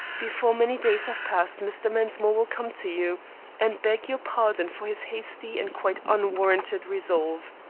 before many days have passed mr. mensmore will come to you and beg your pardon for his hasty and quite unwarranted resolve.